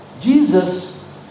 Jesus